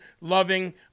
loving